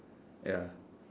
ya